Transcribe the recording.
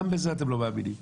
גם בזה אתם לא מאמינים.